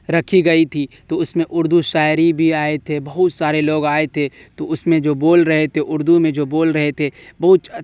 رکھی گئی تھی تو اس میں اردو شاعری بھی آئے تھے بہت سارے لوگ آئے تھے تو اس میں جو بول رہے تھے اردو میں جو بول رہے تھے بہت